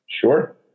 Sure